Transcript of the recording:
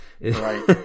Right